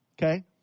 Okay